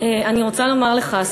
אני רוצה לומר לך,